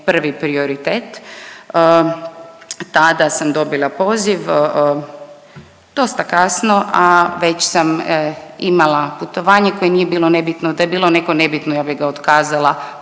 prvi prioritet. Tada sam dobila poziv dosta kasno, a već sam imala putovanje koje nije bilo nebitno. Da je bilo neko nebitno ja bi ga otkazala.